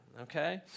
okay